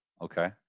Okay